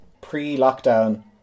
pre-lockdown